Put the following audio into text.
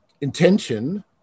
intention